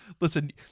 Listen